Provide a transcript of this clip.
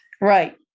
Right